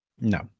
No